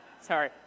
sorry